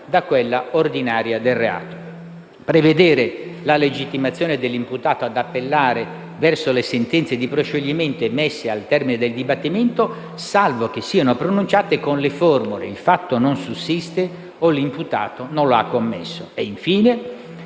reato; la legittimazione dell'imputato ad appellare avverso le sentenze di proscioglimento emesse al termine del dibattimento, salvo che siano pronunciate con le formule: «il fatto non sussiste» o «l'imputato non lo ha commesso».